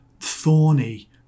thorny